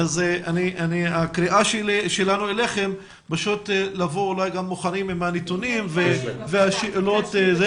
הקריאה שלנו אליכם היא לבוא מוכנים עם הנתונים ועם התשובות.